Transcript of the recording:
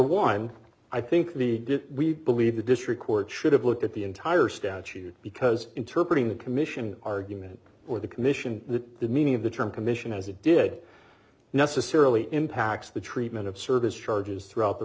one i think the did we believe the district court should have looked at the entire statute because interpret in the commission argument or the commission that the meaning of the term commission as it did necessarily impacts the treatment of service charges throughout the